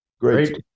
great